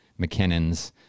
McKinnons